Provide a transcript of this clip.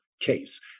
case